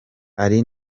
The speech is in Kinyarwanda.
ari